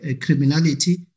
criminality